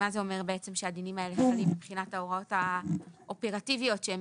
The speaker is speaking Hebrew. מה זה אומר שהדינים האלה חלים מבחינת ההוראות האופרטיביות שהן